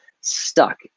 stuck